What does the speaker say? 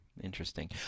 Interesting